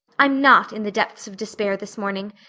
i'm not in the depths of despair this morning.